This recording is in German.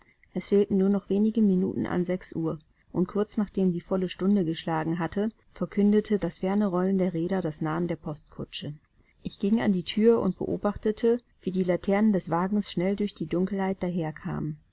es fehlten nur noch wenige minuten an sechs uhr und kurz nachdem die volle stunde geschlagen hatte verkündete das ferne rollen der räder das nahen der postkutsche ich ging an die thür und beobachtete wie die laternen des wagens schnell durch die dunkelheit daher